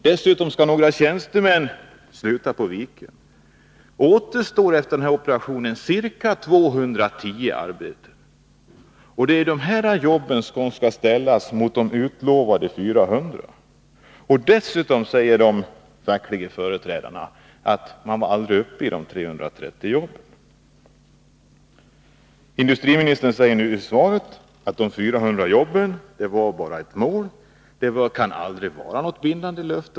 Dessutom kommer några tjänstemän att sluta på Wicum. Efter denna operation återstår ca 210 arbeten. Det är dessa jobb som skall ställas mot de utlovade 400. Dessutom säger de fackliga företrädarna att det aldrig funnits 330 jobb. Industriministern säger nu i svaret att de 400 jobben bara var ett mål, de var aldrig något bindande löfte.